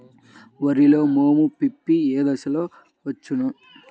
వరిలో మోము పిప్పి ఏ దశలో వచ్చును?